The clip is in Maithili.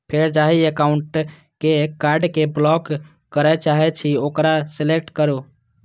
फेर जाहि एकाउंटक कार्ड कें ब्लॉक करय चाहे छी ओकरा सेलेक्ट करू